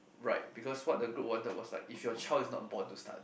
right because what the group wanted was like is your choice not born to start